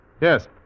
Yes